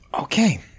okay